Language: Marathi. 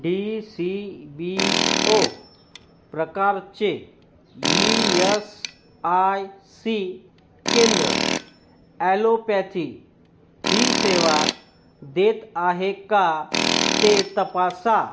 डीसीबीओ प्रकारचे ईयसआयसी केंद्र ॲलोपॅथी ही सेवा देत आहे का ते तपासा